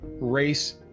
race